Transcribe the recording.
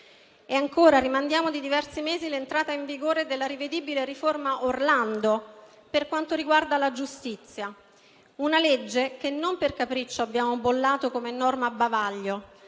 E, ancora, rimandiamo di diversi mesi l'entrata in vigore della rivedibile riforma Orlando, per quanto riguarda la giustizia; una legge che non per capriccio abbiamo bollato come "norma bavaglio",